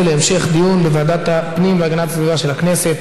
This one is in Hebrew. להמשך דיון בוועדת הפנים והגנת הסביבה של הכנסת.